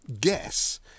guess